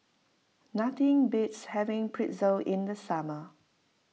nothing beats having Pretzel in the summer